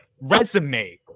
resume